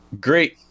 Great